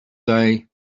day